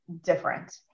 different